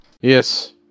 Yes